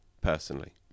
personally